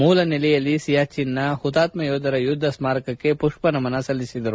ಮೂಲ ನೆಲೆಯಲ್ಲಿ ಸಿಯಾಚಿನ್ ನ ಹುತಾತ್ತ ಯೋಧರ ಯುದ್ದ ಸ್ನಾರಕಕ್ಕೆ ಪುಷ್ವ ನಮನ ಸಲ್ಲಿಸಿದರು